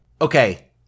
Okay